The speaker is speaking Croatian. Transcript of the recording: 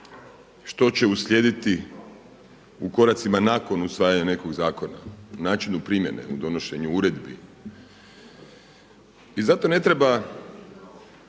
što će uslijediti u koracima nakon usvajanja nekog zakona, o načinu primjene, donošenju uredbi. I zato ne treba